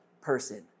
person